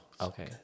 Okay